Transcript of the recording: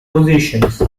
positions